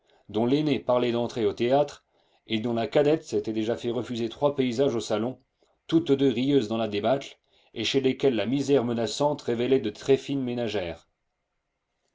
dont l'aînée parlait d'entrer au théâtre et dont la cadette s'était déjà fait refuser trois paysages au salon toutes deux rieuses dans la débâcle et chez lesquelles la misère menaçante révélait de très fines ménagères